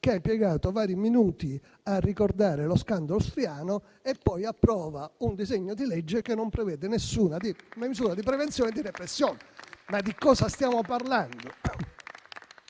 che ha impiegato vari minuti a ricordare lo scandalo Striano e poi approva un disegno di legge che non prevede alcuna misura di prevenzione e di repressione. Ma di cosa stiamo parlando?